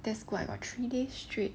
that's good I got three days straight